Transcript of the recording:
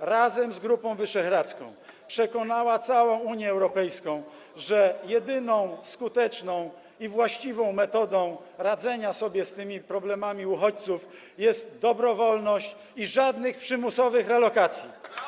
razem z Grupą Wyszehradzką przekonała całą Unię Europejską, że jedyną, skuteczną i właściwą metodą radzenia sobie z problemami uchodźców jest dobrowolność i brak przymusowych relokacji.